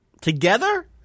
together